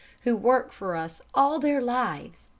who work for us all their lives,